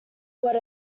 what